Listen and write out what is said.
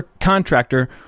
contractor